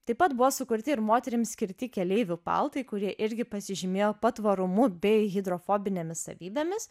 taip pat buvo sukurti ir moterims skirti keleivių paltai kurie irgi pasižymėjo patvarumu bei hidrofobinėmis savybėmis